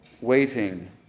Waiting